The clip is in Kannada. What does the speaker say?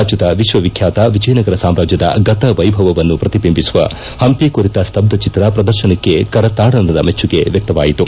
ರಾಜ್ಯದ ವಿಶ್ವವಿಖ್ಯಾತ ವಿಜಯನಗರ ಸಾಮಾಜ್ಯದ ಗತವೈಭವವನ್ನು ಪ್ರತಿದಿಂಬಿಸುವ ಪಂಪಿ ಕುರಿತ ಸ್ತಬ್ಬಚಿತ್ರ ಪ್ರದರ್ಶನಕ್ಕೆ ಕರತಾಡಣದ ಮೆಚ್ಚುಗೆ ವ್ಯಕ್ತವಾಯಿತು